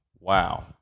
wow